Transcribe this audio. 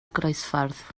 groesffordd